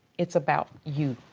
it's about you,